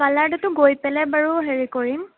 কালাৰটোতো গৈ পেলাই বাৰু হেৰি কৰিম